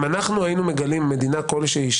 אם אנחנו היינו מגלים מדינה כלשהי,